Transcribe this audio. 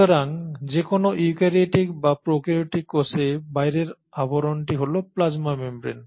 সুতরাং যে কোন ইউক্যারিওটিক বা প্রোক্যারিওটিক কোষে বাইরের আবরণটি হল প্লাজমা মেমব্রেন